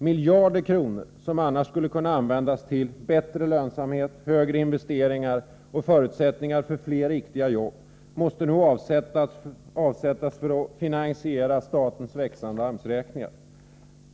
Miljarder kronor som annars skulle kunna användas till bättre lönsamhet, större investeringar och förutsättningar för fler riktiga jobb måste nu avsättas för att finansiera statens växande AMS-räkningar.